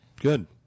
Good